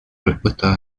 respuestas